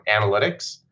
analytics